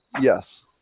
Yes